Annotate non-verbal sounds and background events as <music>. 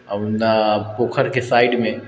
<unintelligible> पोखरके साइडमे